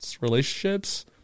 relationships